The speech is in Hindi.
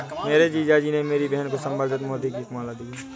मेरे जीजा जी ने मेरी बहन को संवर्धित मोती की एक माला दी है